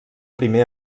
primer